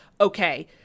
okay